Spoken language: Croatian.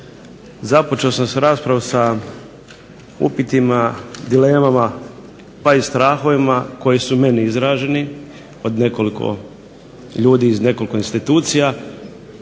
započeo sam s raspravom sa upitima, dilemama pa i strahovima koji su meni izraženi od nekoliko ljudi iz nekoliko institucija,